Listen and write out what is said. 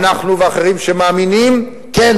אנחנו ואחרים שמאמינים: כן,